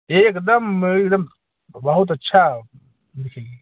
एक दम एक दम बहुत अच्छा है